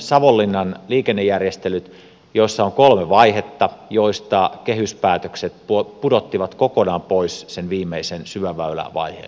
savonlinnan liikennejärjestelyt joissa on kolme vaihetta joista kehyspäätökset pudottivat kokonaan pois sen viimeisen syväväylävaiheen